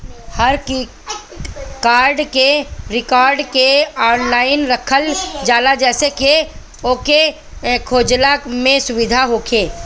हर record के online रखल जाला जेसे की ओके खोजला में सुबिधा होखे